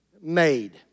made